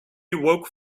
awoke